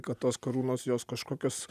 kad tos karūnos jos kažkokios